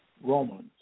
Romans